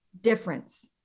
difference